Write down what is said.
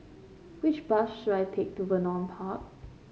Which bus should I take to Vernon Park